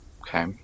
okay